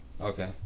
Okay